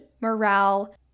morale